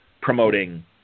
promoting